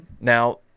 Now